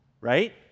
right